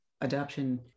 adoption